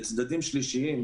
לצדדים שלישיים,